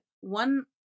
one